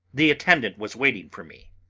the attendant was waiting for me.